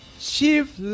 chief